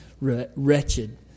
wretched